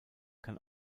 kann